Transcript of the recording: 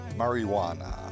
marijuana